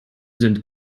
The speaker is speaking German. sind